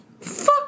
Fuck